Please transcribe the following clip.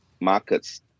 markets